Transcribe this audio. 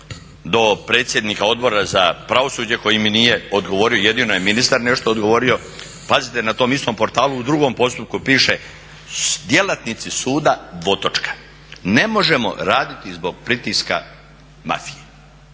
do predsjednika Odbora za pravosuđe koji mi nije odgovorio, jedino je ministar nešto odgovorio. Pazite, na tom istom portalu u drugom postupku piše: "Djelatnici suda: ne možemo raditi zbog pritiska mafije."